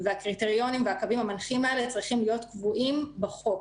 והקריטריונים והקווים המנחים האלה צריכים להיות קבועים בחוק.